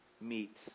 meet